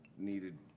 Needed